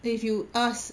if you ask